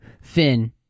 Finn